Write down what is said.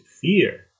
fear